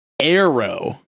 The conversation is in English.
arrow